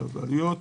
לבעלויות,